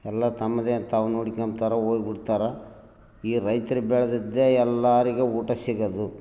ಎಲ್ಲ ತಮ್ಮದೆ ತಾವು ನೋಡಿಕೊಂಬ್ತಾರ ಹೋಗ್ಬಿಡ್ತಾರ ಈ ರೈತರು ಬೆಳೆದಿದ್ದೆ ಎಲ್ಲಾರಿಗೆ ಊಟ ಸಿಗೋದು